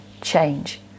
change